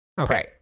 Okay